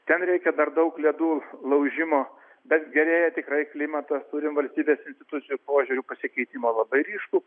ten reikia per daug ledų laužimo bet gerėja tikrai klimatas turim valstybės institucijų požiūrių pasikeitimą labai ryškų